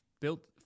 built